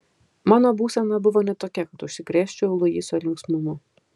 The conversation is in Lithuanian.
mano būsena buvo ne tokia kad užsikrėsčiau luiso linksmumu